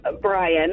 Brian